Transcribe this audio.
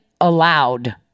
allowed